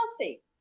healthy